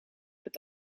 het